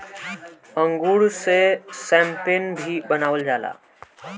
अंगूर से शैम्पेन भी बनावल जाला